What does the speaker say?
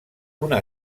una